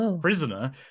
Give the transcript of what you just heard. prisoner